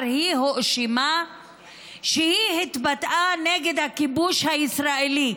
היא הואשמה שהיא התבטאה נגד הכיבוש הישראלי.